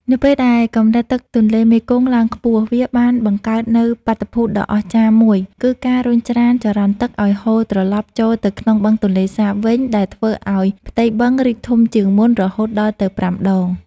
នៅពេលដែលកម្រិតទឹកទន្លេមេគង្គឡើងខ្ពស់ វាបានបង្កើតនូវបាតុភូតដ៏អស្ចារ្យមួយគឺការរុញច្រានចរន្តទឹកឱ្យហូរត្រឡប់ ចូលទៅក្នុងបឹងទន្លេសាបវិញ ដែលធ្វើឱ្យផ្ទៃបឹងរីកធំជាងមុនរហូតដល់ទៅ ៥ ដង។